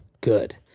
good